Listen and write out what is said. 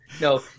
no